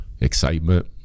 excitement